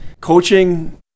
Coaching